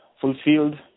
fulfilled